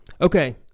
Okay